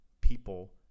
people